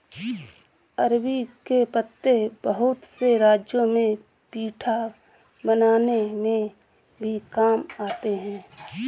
अरबी के पत्ते बहुत से राज्यों में पीठा बनाने में भी काम आते हैं